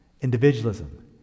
Individualism